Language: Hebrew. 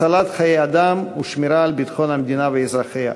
הצלת חיי אדם ושמירה על ביטחון המדינה ואזרחיה.